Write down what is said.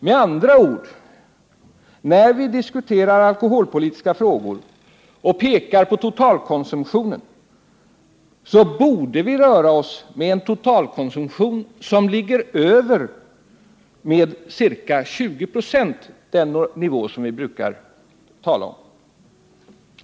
Med andra ord: När vi diskuterar alkoholpolitiska frågor och pekar på totalkonsumtionen, så borde vi röra oss med en total konsumtion som ligger ca 20 26 högre än den nivå vi brukar tala om.